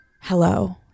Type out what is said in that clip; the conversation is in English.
Hello